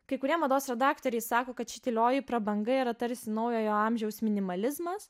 kai kurie mados redaktoriai sako kad ši tylioji prabanga yra tarsi naujojo amžiaus minimalizmas